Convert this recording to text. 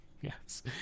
Yes